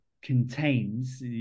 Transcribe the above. contains